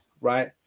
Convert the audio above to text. right